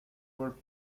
were